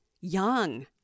young